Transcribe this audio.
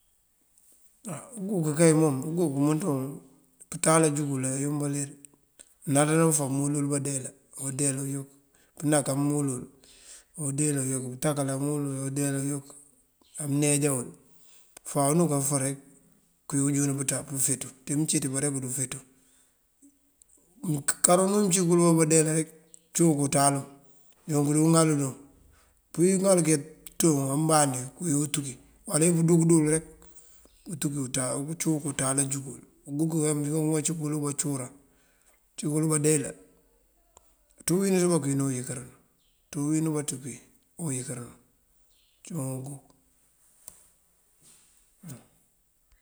Á uguk kay mom, uguk umënţun pënţáal ajúŋ wël ayombalir. Mënaţana bëfá këwël wël bandeela awundeela awuyok, pënak amëwël wël awundeela awunyok, bëntákala amëwël wël awundeela awunyok, amëneejan wul. Fáan anú kafá këwín ubí júund pëfeeţú, ţí mëëncíti bá ufeeţú. Uguk kara unú uncíw këwël bá bandeela rek cúunk dí wúunţáalu, unk dí uŋal dun. Këwín ŋal këyá pëënţon ambandí këwín untúki, uwala wí këndúu këndúu wël untúk bëţ. Unk cíwun pënţáal ajuŋ wël. Uguk ajá mëënjo uwac bacuran ţí ubúrú bandeela ţí uwínu bá këwín uyinkirin, ţí uwínu bá ţí këwín oyinkirinu cíwun uguk.